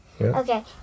Okay